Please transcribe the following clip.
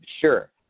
Sure